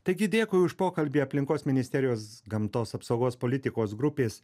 taigi dėkui už pokalbį aplinkos ministerijos gamtos apsaugos politikos grupės